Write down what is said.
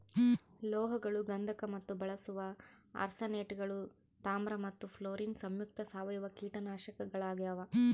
ಲೋಹಗಳು ಗಂಧಕ ಮತ್ತು ಬಳಸುವ ಆರ್ಸೆನೇಟ್ಗಳು ತಾಮ್ರ ಮತ್ತು ಫ್ಲೋರಿನ್ ಸಂಯುಕ್ತ ಸಾವಯವ ಕೀಟನಾಶಕಗಳಾಗ್ಯಾವ